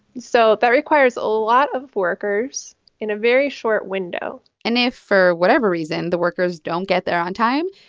so that requires a lot of workers in a very short window and if, for whatever reason, the workers don't get there on time,